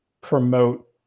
promote